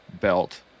belt